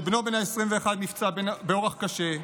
שבנו בן ה-21 נפצע באורח קשה,